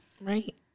Right